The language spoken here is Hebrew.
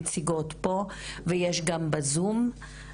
נציגות פה ויש גם בזום,